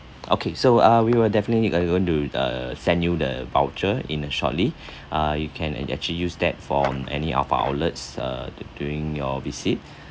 okay so ah we will definitely we will do uh send you the voucher in shortly ah you can actually use that for any of our outlets uh du~ during your visit